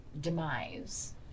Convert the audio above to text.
demise